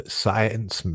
science